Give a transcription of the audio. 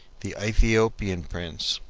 the aethiopian prince,